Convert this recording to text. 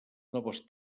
noves